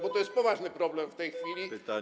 Bo to jest poważny problem w tej chwili.